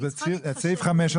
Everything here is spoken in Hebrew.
אז את מורידה את סעיף 5?